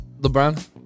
LeBron